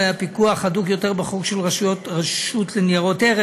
לא היה פיקוח הדוק יותר בחוק של רשות ניירות ערך,